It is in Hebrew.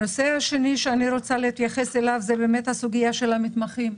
הנושא השני שאני רוצה להתייחס אליו זה כל הנושא של המתמחים,